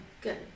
Good